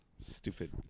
Stupid